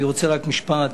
אני רוצה, רק משפט.